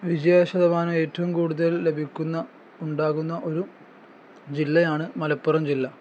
വിജയശതമാനം ഏറ്റവും കൂടുതൽ ലഭിക്കുന്ന ഉണ്ടാകുന്ന ഒരു ജില്ലയാണ് മലപ്പുറം ജില്ല